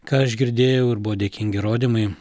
ką aš girdėjau ir buvo dėkingi rodymai